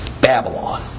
Babylon